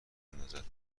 اندازد